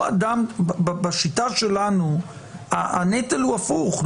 בשיטה שלנו הנטל הוא הפוך.